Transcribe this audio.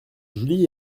julie